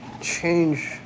change